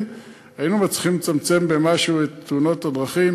היינו מצליחים לצמצם במשהו את תאונות הדרכים,